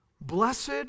Blessed